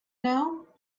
now